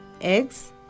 eggs